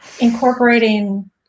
Incorporating